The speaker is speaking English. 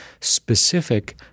specific